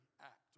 act